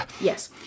Yes